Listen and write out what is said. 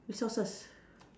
resources